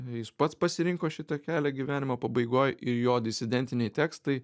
jis pats pasirinko šitą kelią gyvenimo pabaigoj ir jo disidentiniai tekstai